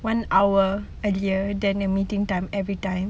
an hour earlier than the meeting time every time